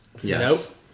Yes